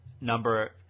number